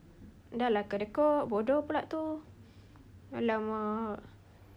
dah lah kedekut bodoh pulak itu !alamak!